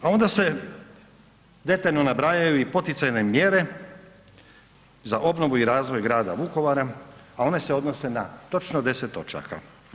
A onda se detaljno nabrajaju i poticajne mjere za obnovu i razvoj grada Vukovara, a one se odnose na točno 10 točaka.